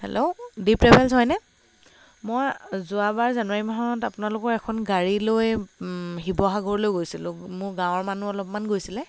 hello Dweep travels হয়নে মই যোৱাবাৰ জানুৱাৰী মাহত আপোনালোকৰ এখন গাড়ী লৈ শিৱসাগৰলৈ গৈছিলোঁ মোৰ গাঁৱৰ মানুহ অলপমান গৈছিলে